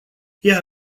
iar